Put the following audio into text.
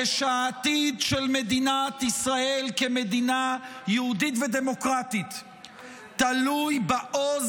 ----- ושהעתיד של מדינת ישראל כמדינה יהודית ודמוקרטית תלוי בעוז